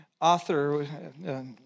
author